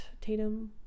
Tatum